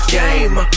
game